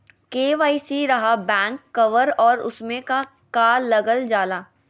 KYC रहा back cover और उसमें का का लागल जाला?